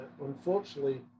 unfortunately